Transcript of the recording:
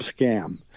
scam